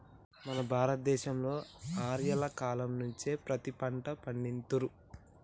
మన భారత దేశంలో ఆర్యుల కాలం నుంచే పత్తి పంట పండిత్తుర్రు